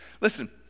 Listen